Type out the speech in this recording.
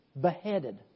Beheaded